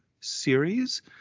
series